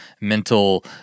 mental